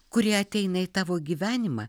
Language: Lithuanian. kurie ateina į tavo gyvenimą